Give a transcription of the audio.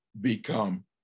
become